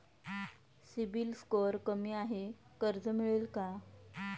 CIBIL score कमी आहे कर्ज मिळेल का?